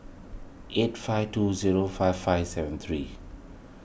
eight five two zero five five seven three